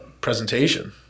presentation